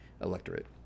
electorate